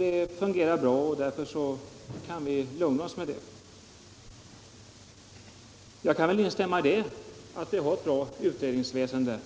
Det fungerar bra, och därför bör vi kunna lugna oss med det beskedet. Jag kan väl instämma i att vi har ett bra utredningsväsende,